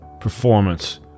performance